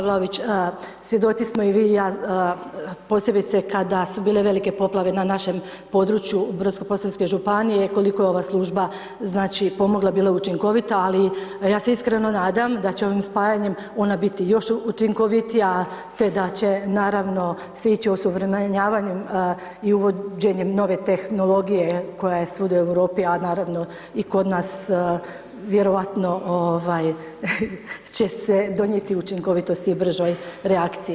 Kolega Vlaović, svjedoci smo i vi i ja posebice kada su bile velike poplave na našem području u Brodsko-posavskoj županiji, koliko je ova služba pomogla, bila učinkovita ali ja se iskreno nadam da će ovim spajanjem ona biti još učinkovitija te da će naravno se ići u osuvremenjavanje i uvođenjem nove tehnologije koja je svuda u Europi a naravno i kod nas vjerovatno će se donijeti učinkovitosti i bržoj reakciji.